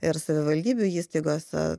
ir savivaldybių įstaigose